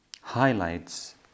highlights